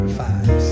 five